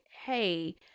Hey